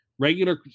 Regular